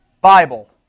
Bible